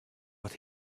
what